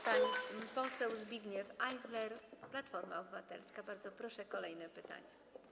Pan poseł Zbigniew Ajchler, Platforma Obywatelska, bardzo proszę, kolejne pytanie.